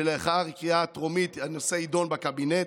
ושלאחר הקריאה הטרומית הנושא יידון בקבינט.